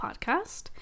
Podcast